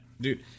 dude